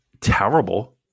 terrible